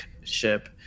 ship